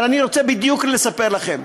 אבל אני רוצה בדיוק לספר לכם: